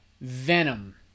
Venom